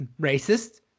racist